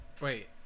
Wait